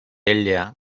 ella